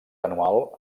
anual